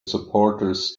supporters